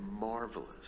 marvelous